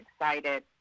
excited